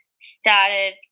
started